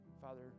father